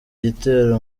gitero